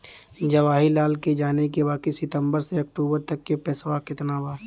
जवाहिर लाल के जाने के बा की सितंबर से अक्टूबर तक के पेसवा कितना बा?